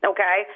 Okay